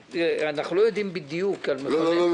אנחנו לא יודעים בדיוק על מכוני הבקרה.